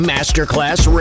Masterclass